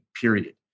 period